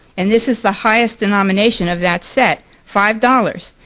and this is the highest denomination of that set, five dollars.